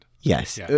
yes